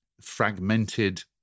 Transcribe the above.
fragmented